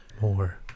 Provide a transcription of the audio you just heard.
more